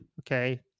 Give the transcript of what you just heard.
Okay